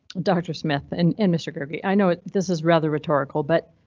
dr smith and and mr gregory i know it this is rather rhetorical, but.